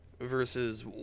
versus